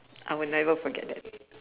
I would never forget that